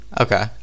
Okay